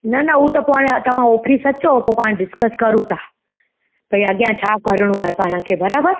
न न हू त पाण तव्हां ऑफ़िस अचो पोइ पाण डिस्कस करूं था भाई अॻियां छा करिणो आहे पाण खे बराबरु